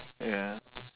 ya